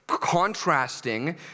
contrasting